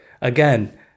again